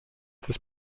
this